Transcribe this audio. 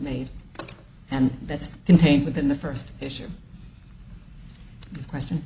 made and that's contained within the first issue of question